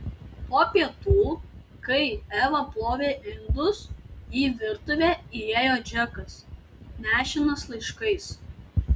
po pietų kai eva plovė indus į virtuvę įėjo džekas nešinas laiškais